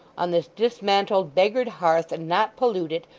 on this dismantled, beggared hearth, and not pollute it,